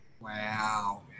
Wow